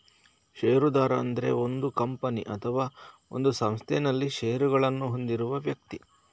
ಷೇರುದಾರ ಅಂದ್ರೆ ಒಂದು ಕಂಪನಿ ಅಥವಾ ಒಂದು ಸಂಸ್ಥೆನಲ್ಲಿ ಷೇರುಗಳನ್ನ ಹೊಂದಿರುವ ವ್ಯಕ್ತಿ